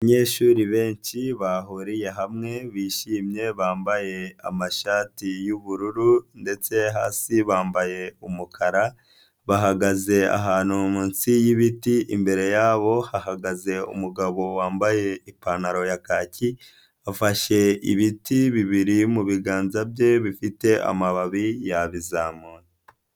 Abanyeshuri benshi bahuriye hamwe bishimye bambaye amashati y'ubururu ndetse hasi bambaye umukara, bahagaze ahantu munsi y'ibiti imbere yabo hahagaze umugabo wambaye ipantaro ya kaki afashe ibiti bibiri mu biganza bye bifite amababi yabizamuye.